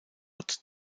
hat